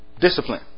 Discipline